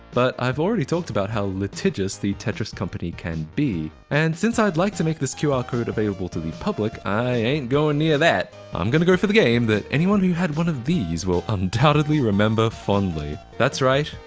but i've already talked about how litigious the tetris company can be. and since i'd like to make this qr code available to the public, i ain't goin' near that. i'm gonna go for the game that anyone who had one of these will undoubtedly remember fondly. that's right,